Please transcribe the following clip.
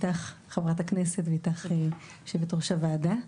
חברת הכנסת מראענה ואיתך יושבת-ראש הוועדה.